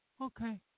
Okay